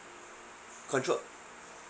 controlled